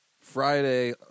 Friday